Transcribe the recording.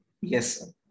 Yes